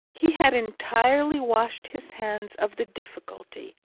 he had entirely washed his hands of the difficulty,